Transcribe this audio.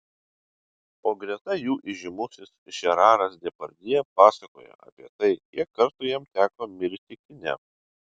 o greta jų įžymusis žeraras depardjė pasakoja apie tai kiek kartų jam teko mirti kine